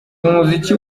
umuziki